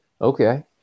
Okay